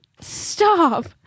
Stop